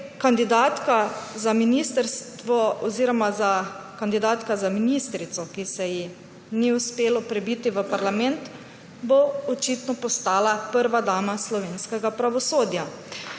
ni bilo v nobeni sestavi vlade. Kandidatka za ministrico, ki se ji ni uspelo prebiti v parlament, bo očitno postala prva dama slovenskega pravosodja.